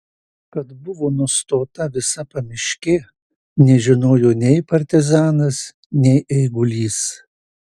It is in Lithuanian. kad buvo nustota visa pamiškė nežinojo nei partizanas nei eigulys